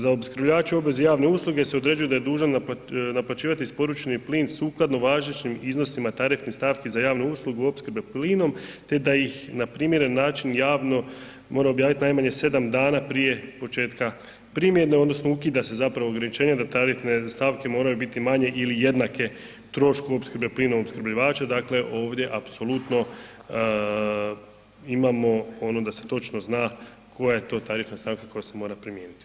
Za opskrbljivača u obvezi javne usluge se određuje da je dužan naplaćivati isporučeni plin sukladno važećim iznosima tarifnih stavki za javnu uslugu opskrbe plinom te da ih na primjeren način javno mora objaviti najmanje 7 dana prije početka primjene odnosno ukida se zapravo ograničenje da tarifne stavke moraju biti manje ili jednake trošku opskrbe plinom opskrbljivača, dakle ovdje apsolutno imamo ono da se točno zna koja je to tarifna stavka koja se mora primijeniti.